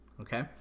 Okay